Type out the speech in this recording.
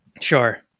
Sure